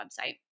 website